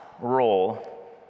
role